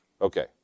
Okay